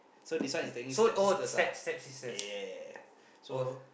so this one is technically stepsisters ah yeah so